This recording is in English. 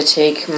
take